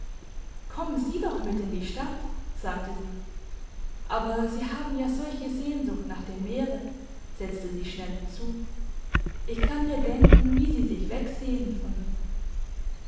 kommen sie doch mit in die stadt sagte sie aber sie haben ja solche sehnsucht nach dem meere setzte sie schnell hinzu ich kann mir denken wie sie sich wegsehnen von hier